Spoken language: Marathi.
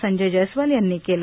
संजय जयस्वाल यांनी केलं